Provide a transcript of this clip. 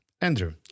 Andrew